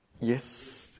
Yes